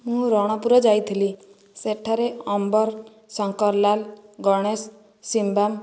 ମୁଁ ରଣପୁର ଯାଇଥିଲି ସେଠାରେ ଅମ୍ବର ଶଙ୍କର ଲାଲ ଗଣେଶ ସିମ୍ବାମ